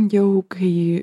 jau kai